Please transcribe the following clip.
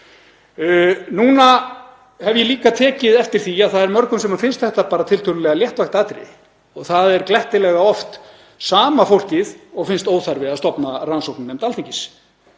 vinnu. Ég hef tekið eftir því að það er mörgum sem finnst þetta tiltölulega léttvægt atriði. Það er glettilega oft sama fólkið og finnst óþarfi að stofna rannsóknarnefnd Alþingis.